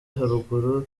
haruguru